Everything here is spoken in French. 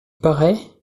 paraît